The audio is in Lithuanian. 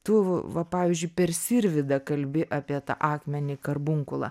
tu va pavyzdžiui per sirvydą kalbi apie tą akmenį karbunkulą